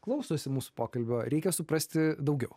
klausosi mūsų pokalbio reikia suprasti daugiau